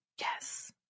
Yes